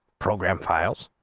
program files